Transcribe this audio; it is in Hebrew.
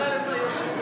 תשאל את היושב-ראש.